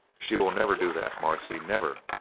she will never do that, marcia, never!